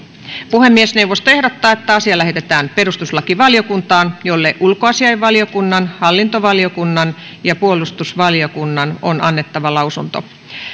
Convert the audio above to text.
puhemiesneuvosto ehdottaa että asia lähetetään perustuslakivaliokuntaan jolle ulkoasiainvaliokunnan hallintovaliokunnan ja puolustusvaliokunnan on annettava lausunto